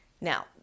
Now